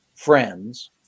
friends